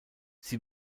sie